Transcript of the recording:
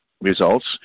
results